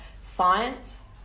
science